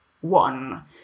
one